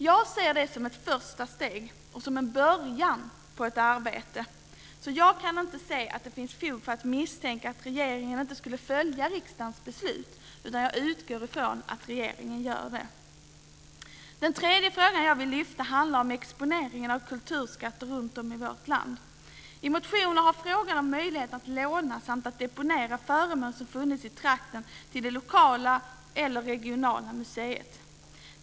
Jag ser detta som ett första steg och som en början på ett arbete och kan inte se att det finns fog för att misstänka att regeringen inte skulle följa riksdagens beslut utan jag utgår från att regeringen gör det. Den tredje fråga som jag vill lyfta fram handlar om exponeringen av kulturskatter runtom i vårt land. I motioner har frågan om möjligheterna att låna samt att deponera föremål som funnits i trakten på det lokala eller regionala museet.